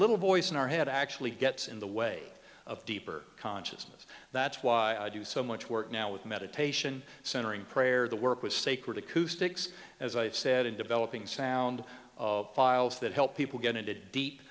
little voice in our head actually gets in the way of deeper consciousness that's why i do so much work now with meditation centering prayer the work with sacred acoustics as i've said in developing sound of files that help people get into deep